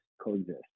coexist